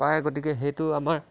পায় গতিকে সেইটো আমাৰ